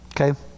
Okay